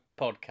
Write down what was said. podcast